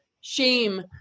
shame